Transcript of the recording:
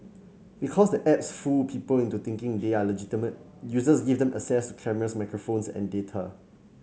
because the apps fool people into thinking they are legitimate users give them access cameras microphones and data